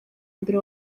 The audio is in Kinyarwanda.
mbere